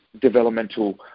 developmental